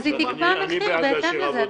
אז היא תקבע מחיר בהתאם לזה,